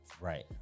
right